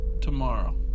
tomorrow